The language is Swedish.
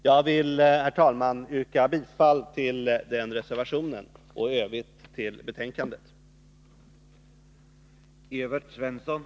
Jag vill, herr talman, yrka bifall till den reservationen och i övrigt till utskottets hemställan.